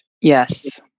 Yes